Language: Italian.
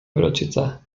velocità